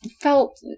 felt